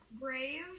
brave